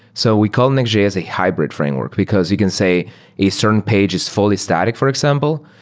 so we called nextjs a hybrid framework, because we can say a certain page is fully static, for example.